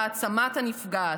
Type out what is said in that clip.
העצמת הנפגעת.